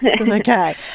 Okay